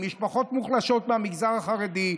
משפחות מוחלשות מהמגזר החרדי,